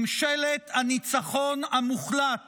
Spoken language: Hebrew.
ממשלת הניצחון המוחלט